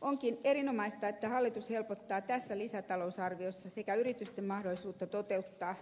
onkin erinomaista että hallitus helpottaa tässä lisätalousarviossa sekä yritysten mahdollisuutta toteuttaa